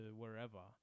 wherever